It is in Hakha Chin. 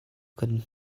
kan